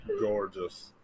Gorgeous